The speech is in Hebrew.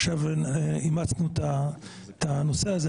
עכשיו אימצנו את הנושא הזה.